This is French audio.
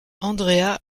andrea